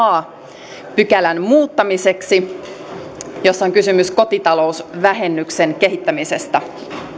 a pykälän muuttamiseksi jossa on kysymys kotita lousvähennyksen kehittämisestä